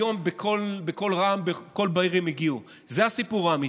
היום, רעם ביום בהיר, הם הגיעו, זה הסיפור האמיתי.